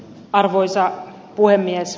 arvoisa puhemies